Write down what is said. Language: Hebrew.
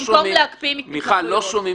במקום להקפיא התנחלויות.